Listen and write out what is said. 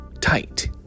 tight